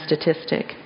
statistic